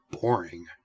boring